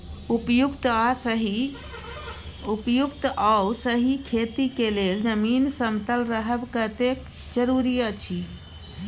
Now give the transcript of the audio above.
उपयुक्त आ सही खेती के लेल जमीन समतल रहब कतेक जरूरी अछि?